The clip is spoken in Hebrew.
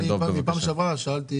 אני פעם שעברה שאלתי